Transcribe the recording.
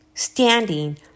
standing